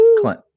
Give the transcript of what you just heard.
Clint